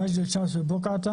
מג'דל אל שאמס ובוקעתה,